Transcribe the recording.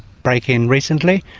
break in recently,